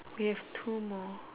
we have two more